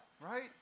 right